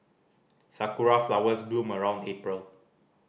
sakura flowers bloom around April